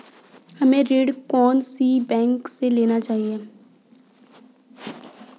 हमें ऋण कौन सी बैंक से लेना चाहिए?